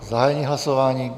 Zahájení hlasování.